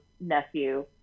nephew